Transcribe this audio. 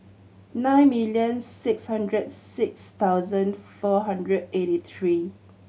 nine million six hundred six thousand four hundred eighty three